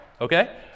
okay